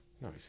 Nice